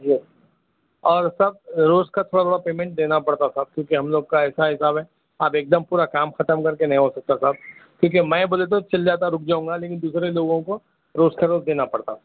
جی اور سب روز کا تھوڑا تھوڑا پیمنٹ دینا پڑتا صاحب کیوں کہ ہم لوگ کا ایسا حساب ہے آپ ایک دم پورا کام ختم کر کے نہیں ہو سکتا صاحب کیونکہ میں بولے تو چل جاتا رُک جاؤں گا لیکن دوسرے لوگوں کو روز کا روز دینا پڑتا